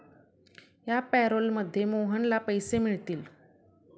या पॅरोलमध्ये मोहनला पैसे मिळतील